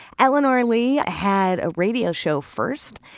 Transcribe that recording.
eleanor lee had a radio show first,